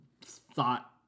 thought